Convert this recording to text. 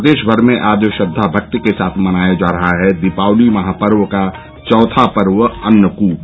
प्रदेश भर में आज श्रद्वा भक्ति के साथ मनाया जा है दीपावली महापर्व का चौथा पर्व अन्नकूट